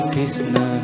Krishna